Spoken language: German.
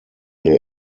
der